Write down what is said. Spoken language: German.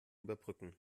überbrücken